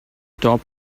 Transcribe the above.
top